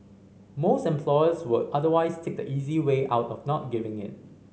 most employers will otherwise take the easy way out of not giving it